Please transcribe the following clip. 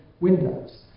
Windows